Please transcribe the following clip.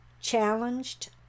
challenged